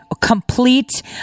complete